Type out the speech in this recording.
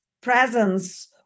presence